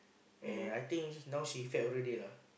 and I think now she fat already lah